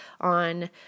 on